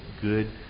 good